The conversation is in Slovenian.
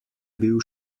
bil